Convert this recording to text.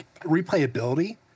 replayability